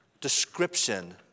description